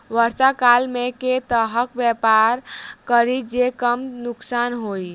वर्षा काल मे केँ तरहक व्यापार करि जे कम नुकसान होइ?